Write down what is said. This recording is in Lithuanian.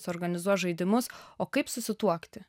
suorganizuot žaidimus o kaip susituokti